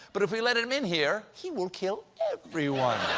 but if we let him in here, he will kill everyone.